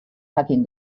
jakin